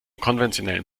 konventionellen